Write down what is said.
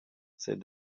said